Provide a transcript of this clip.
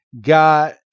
got